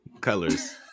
colors